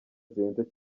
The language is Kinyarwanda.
zihenze